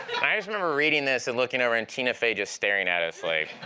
i just remember reading this and looking over, and tina fey just staring at us like.